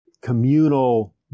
communal